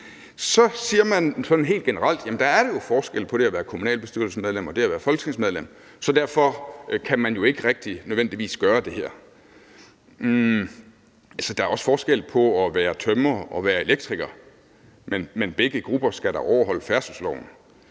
Så siger man sådan helt generelt, at der jo er forskel på det at være kommunalbestyrelsesmedlem og det at være folketingsmedlem, så derfor kan man ikke rigtig nødvendigvis gøre det her. Altså, der er også forskel på at være tømrer og at være elektriker, men begge grupper skal da overholde færdselsloven,